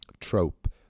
trope